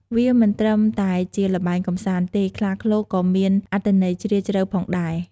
វាមិនត្រឹមតែជាល្បែងកម្សាន្តទេ ខ្លាឃ្លោកក៏មានអត្ថន័យជ្រាលជ្រៅផងដែរ។